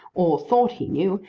or thought he knew,